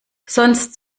sonst